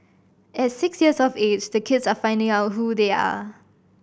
at six years of age the kids are finding out who they are